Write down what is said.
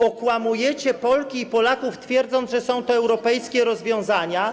Okłamujecie Polki i Polaków, twierdząc, że są to europejskie rozwiązania.